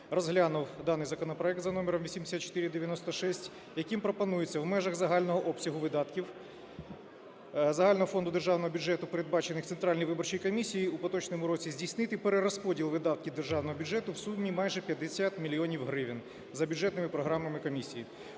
розглянув даний законопроект за номером 8496, яким пропонується в межах загального обсягу видатків загального фонду державного бюджету передбачених Центральній виборчій комісії у поточному році здійснити перерозподіл видатків державного бюджету у сумі майже 50 мільйонів гривень за бюджетними програмами комісії.